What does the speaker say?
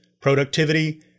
productivity